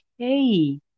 okay